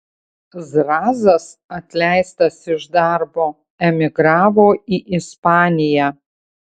zrazas atleistas iš darbo emigravo į ispaniją